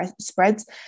spreads